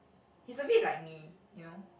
he's a bit like me you know